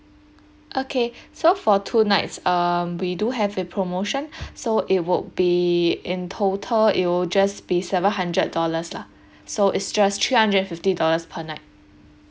okay so for two nights um we do have a promotion so it will be in total it will just be seven hundred dollars lah so it's just three hundred fifty dollars per night